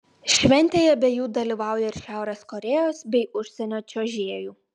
šventėje be jų dalyvauja ir šiaurės korėjos bei užsienio čiuožėjų